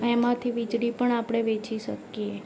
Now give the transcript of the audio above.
એમાંથી વીજળી પણ આપણે વેચી શકીએ